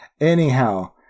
Anyhow